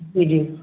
medium